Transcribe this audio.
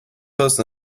post